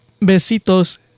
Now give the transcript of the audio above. Besitos